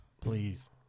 Please